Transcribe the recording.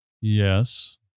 Yes